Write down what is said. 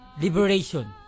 liberation